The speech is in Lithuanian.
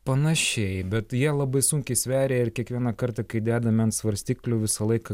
panašiai bet jie labai sunkiai sveria ir kiekvieną kartą kai dedame ant svarstyklių visą laiką